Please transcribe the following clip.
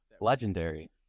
legendary